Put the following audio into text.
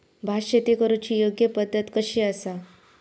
भात शेती करुची योग्य पद्धत कशी आसा?